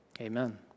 Amen